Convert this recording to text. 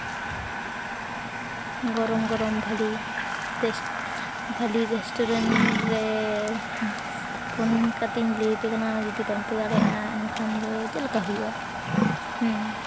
ᱜᱚᱨᱚᱢ ᱜᱚᱨᱚᱢ ᱵᱷᱟᱹᱞᱤ ᱴᱮᱥᱴ ᱵᱷᱟᱹᱞᱤ ᱨᱮᱥᱴᱩᱨᱮᱱᱴ ᱨᱮ ᱯᱷᱳᱱ ᱠᱟᱛᱤᱧ ᱞᱟᱹᱭᱟᱯᱮ ᱠᱟᱱᱟ ᱡᱩᱫᱤ ᱵᱟᱝᱯᱮ ᱫᱟᱲᱮᱭᱟᱜᱼᱟ ᱮᱱᱠᱷᱟᱱ ᱫᱚ ᱪᱮᱫᱞᱮᱠᱟ ᱦᱩᱭᱩᱜᱼᱟ ᱦᱮᱸ